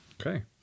Okay